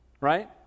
Right